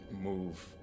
move